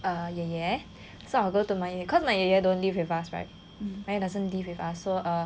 err 爷爷 so I will go to my 爷爷 cause my 爷爷 don't live with us right my 爷爷 doesn't live with us